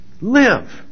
live